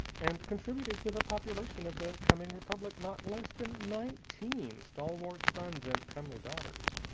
and contributed to the population of the coming republic not less than nineteen stalwart sons and comely daughters.